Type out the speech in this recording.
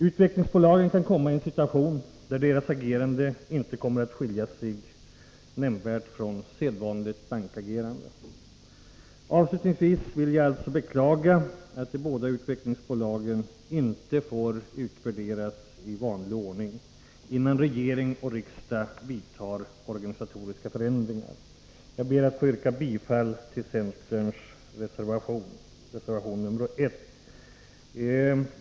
Utvecklingsbolagen kan komma i en situation där deras agerande inte nämnvärt kommer att skilja sig från sedvanligt bankagerande. Avslutningsvis vill jag alltså beklaga att de båda utvecklingsbolagen inte får utvärderas i vanlig ordning innan regering och riksdag vidtar organisatoriska förändringar. Jag ber att få yrka bifall till centerns reservation, reservation nr 1.